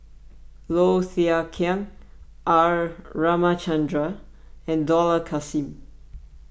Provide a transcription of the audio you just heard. Low Thia Khiang R Ramachandran and Dollah Kassim